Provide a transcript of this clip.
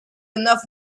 enough